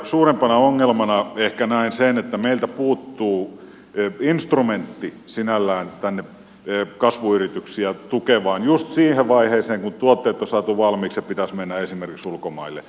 suurempana ongelmana näen ehkä sen että meiltä puuttuu instrumentti sinällään tänne kasvuyrityksiä tukevaan just siihen vaiheeseen kun tuotteet on saatu valmiiksi ja pitäisi esimerkiksi mennä ulkomaille